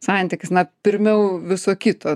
santykis na pirmiau viso kito